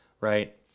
right